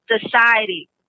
Society